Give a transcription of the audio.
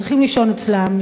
שצריכים לישון אצלם,